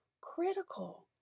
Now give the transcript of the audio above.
critical